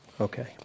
Okay